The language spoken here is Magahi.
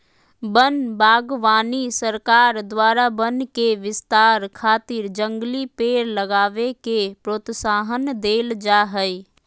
वन बागवानी सरकार द्वारा वन के विस्तार खातिर जंगली पेड़ लगावे के प्रोत्साहन देल जा हई